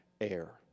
air